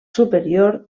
superior